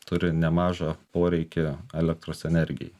turi nemažą poreikį elektros energijai